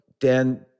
Dan